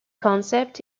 concept